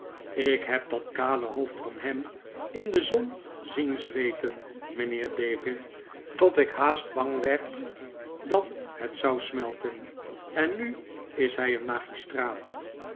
ik heb dat kale hoofd van hem in de zon zien zweeten mijnheer david tot ik haast bang werd dat het zou smelten en nu is hij een magistraat